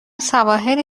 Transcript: سواحل